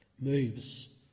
Moves